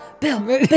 Bill